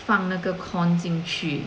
放那个 corn 进去